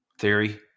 Theory